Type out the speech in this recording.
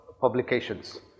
publications